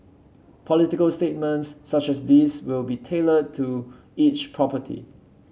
political statements such as these will be tailored to each property